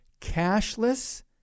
cashless